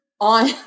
on